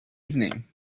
evening